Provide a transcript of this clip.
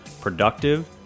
productive